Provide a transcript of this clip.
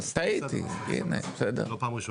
זו לא פעם ראשונה.